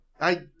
I-